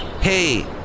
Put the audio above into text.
Hey